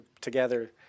together